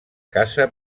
caça